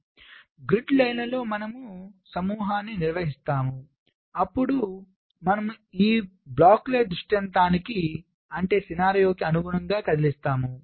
ప్రతి గ్రిడ్ పంక్తులలో మనము సమూహాన్ని నిర్వహిస్తాము అప్పుడు మనము ఈ బ్లాకులను దృష్టాంతానికి అనుగుణంగా కదిలిస్తాము